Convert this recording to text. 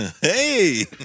Hey